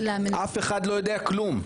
אף אחד לא יודע כלום,